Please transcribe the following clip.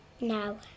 No